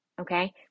okay